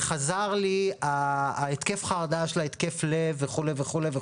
וחזר לי ההתקף חרדה שהוביל להתקף לב וכולי.